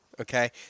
Okay